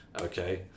okay